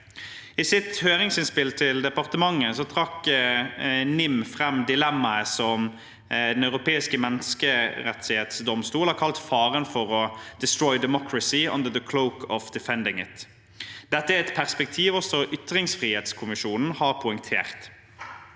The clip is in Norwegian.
etterretning) 2024 partementet trakk NIM fram dilemmaet som Den europeiske menneskerettighetsdomstol har kalt faren for å «destroy democracy under the cloak of defending it». Dette er et perspektiv også ytringsfrihetskommisjonen har poengtert.